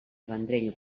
vendrell